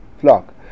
flock